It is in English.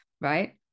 right